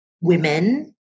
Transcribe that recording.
women